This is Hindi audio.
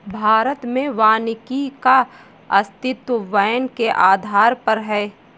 भारत में वानिकी का अस्तित्व वैन के आधार पर है